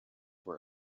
were